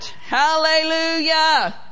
Hallelujah